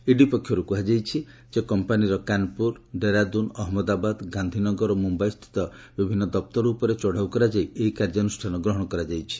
ED ପକ୍ଷରୁ କୁହାଯାଇଛି ଯେ କମ୍ପାନୀର କାନ୍ପୁର ଦେରାଦୁନ୍ ଅହନ୍ମଦାବାଦ୍ ଗାନ୍ଧିନଗର ଓ ମୁମ୍ବାଇ ସ୍ଥିତ ବିଭିନ୍ନ ଦପ୍ତର ଉପରେ ଚଢ଼ାଉ କରାଯାଇ ଏହି କାର୍ଯ୍ୟାନୃଷ୍ଣାନ ଗ୍ରହଣ କରାଯାଇଛି